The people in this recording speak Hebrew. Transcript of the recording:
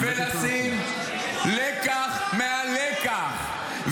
-- ולשים לקח מעל לקח.